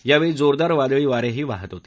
यावेळी जोरदार वादळी वारेही वाहत होते